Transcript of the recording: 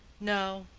no,